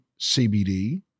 CBD